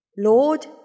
Lord